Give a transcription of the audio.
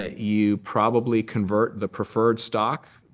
ah you probably convert the preferred stock.